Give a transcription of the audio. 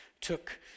took